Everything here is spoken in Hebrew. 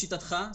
לשיטתך,